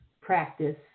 practice